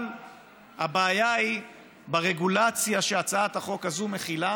אבל הבעיה היא ברגולציה שהצעת החוק הזאת מחילה